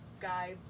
guy